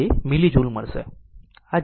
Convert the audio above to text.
2 મિલ જુલ મળશે